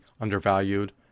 undervalued